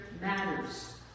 matters